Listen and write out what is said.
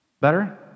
Better